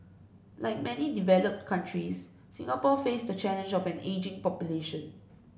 like many developed countries Singapore faces the challenge of an ageing population